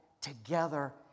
together